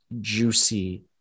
juicy